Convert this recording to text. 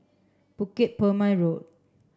Bukit Purmei Road